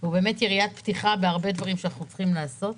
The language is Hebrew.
הוא יריית פתיחה להרבה דברים שאנחנו צריכים לעשות.